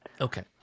Okay